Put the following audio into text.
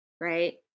Right